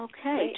Okay